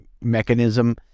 mechanism